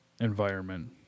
environment